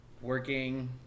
Working